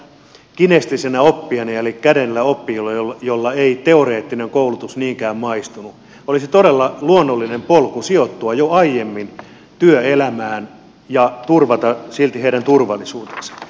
tällaisella kinesteettisellä oppijalla eli kädellä oppijalla jolle ei teoreettinen koulutus niinkään maistunut olisi todella luonnollinen polku sijoittua jo aiemmin työelämään ja turvattaisiin silti heidän turvallisuutensa